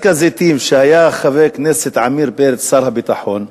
כשהיה חבר הכנסת עמיר פרץ שר הביטחון,